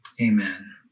Amen